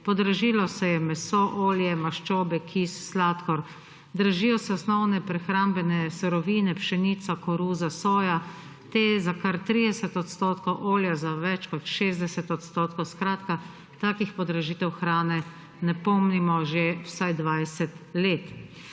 Podražili so se meso, olje, maščobe, kis, sladkor, dražijo se osnovne prehrambene surovine, pšenica, koruza, soja, te za kar 30 %, olje za več kot 60 %. Skratka, takih podražitev hrane ne pomnimo že vsaj 20 let.